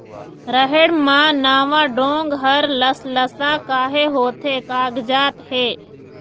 रहेड़ म नावा डोंक हर लसलसा काहे होथे कागजात हे?